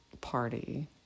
party